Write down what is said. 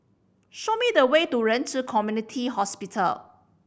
show me the way to Ren Ci Community Hospital